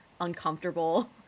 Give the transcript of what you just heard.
uncomfortable